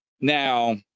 Now